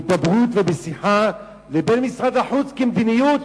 בהידברות ובשיחה, לבין משרד החוץ, כמדיניות.